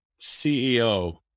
CEO